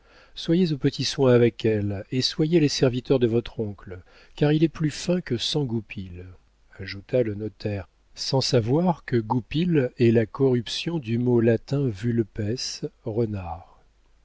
soyez aux petits soins avec elle et soyez les serviteurs de votre oncle car il est plus fin que cent goupils ajouta le notaire sans savoir que goupil est la corruption du mot latin vulpes renard